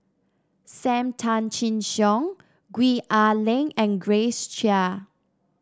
Sam Tan Chin Siong Gwee Ah Leng and Grace Chia